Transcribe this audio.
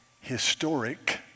historic